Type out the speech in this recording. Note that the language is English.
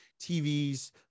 TVs